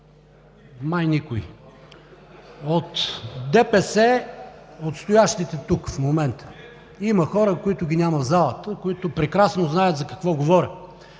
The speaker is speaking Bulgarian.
(Оживление.) От ДПС, от стоящите тук в момента, има хора, които ги няма в залата, които прекрасно знаят за какво говоря.